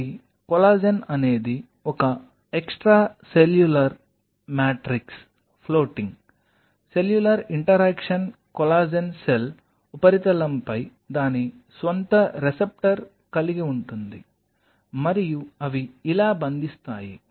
కాబట్టి కొల్లాజెన్ అనేది ఒక extracellular matrix floating cellular interaction collagen cell ఉపరితలంపై దాని స్వంత రెసెప్టర్ కలిగి ఉంటుంది మరియు అవి ఇలా బంధిస్తాయి